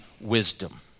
wisdom